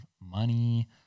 money